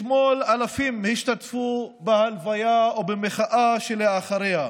אתמול אלפים השתתפו בהלוויה ובמחאה שאחריה.